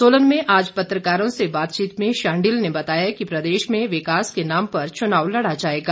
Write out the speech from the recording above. सोलन में आज पत्रकारों से बातचीत में शांडिल ने बताया कि प्रदेश में विकास के नाम पर चुनाव लड़ा जाएगा